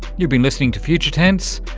you've been listening to future tense,